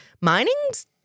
Mining's